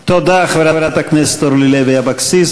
תודה, חברת הכנסת אורלי לוי אבקסיס.